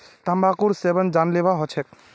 तंबाकूर सेवन जानलेवा ह छेक